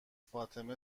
فاطمه